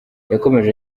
yakomeje